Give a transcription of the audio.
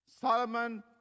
Solomon